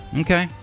Okay